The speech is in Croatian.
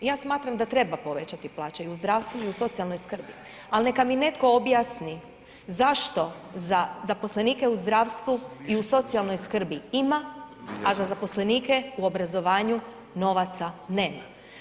Ja smatram da treba povećati plaće i u zdravstvu i u socijalnoj skrbi ali neka mi netko objasni zašto za zaposlenike u zdravstvu i u socijalnoj skrbi ima a zaposlenike u obrazovanju novaca nema?